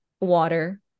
water